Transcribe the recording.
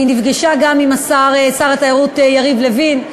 היא נפגשה גם עם השר, שר התיירות יריב לוין.